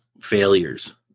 failures